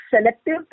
selective